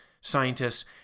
scientists